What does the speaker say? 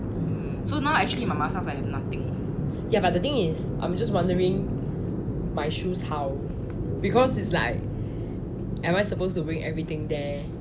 ya but the thing is I'm just wondering my shoes how because is like am I supposed to bring everything there